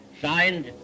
signed